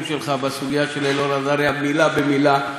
שלך בסוגיה של אלאור אזריה מילה במילה.